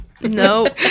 No